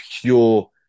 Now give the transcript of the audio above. pure